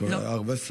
מי זה?